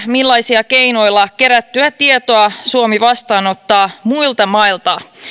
millaisilla keinoilla kerättyä tietoa suomi vastaanottaa muilta mailta